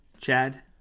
Chad